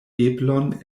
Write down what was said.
eblon